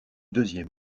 deuxième